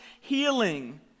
healing